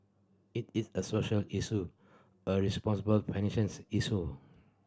it is a social issue a responsible financings issue